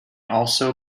also